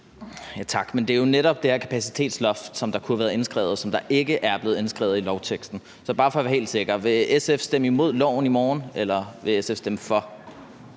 Tak. Men det er jo netop det her kapacitetsloft, som kunne have været indskrevet, og som der ikke er blevet indskrevet i lovteksten. Så det er bare for at være helt sikker: Vil SF stemme imod loven i morgen, eller vil SF stemme for?